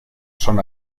son